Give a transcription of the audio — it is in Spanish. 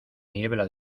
niebla